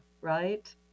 right